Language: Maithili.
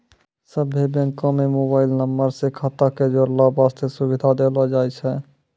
सभ्भे बैंको म मोबाइल नम्बर से खाता क जोड़ै बास्ते सुविधा देलो जाय छै